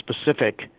specific